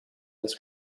this